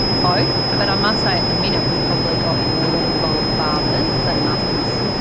both, but i must say at the minute we've probably got more that involve fathers than mothers.